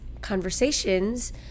conversations